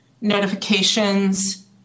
notifications